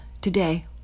today